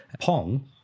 Pong